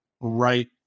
right